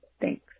Thanks